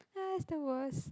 that's the worst